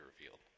revealed